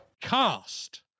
cast